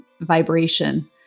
vibration